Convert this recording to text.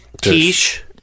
Tish